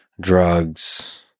drugs